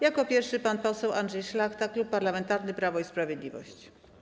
Jako pierwszy pan poseł Andrzej Szlachta, Klub Parlamentarny Prawo i Sprawiedliwość.